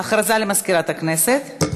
הודעה למזכירת הכנסת.